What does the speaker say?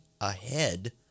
ahead